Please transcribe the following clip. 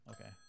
Okay